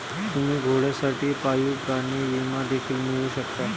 तुम्ही घोड्यांसाठी पाळीव प्राणी विमा देखील मिळवू शकता